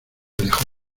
alejó